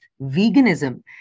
veganism